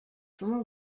from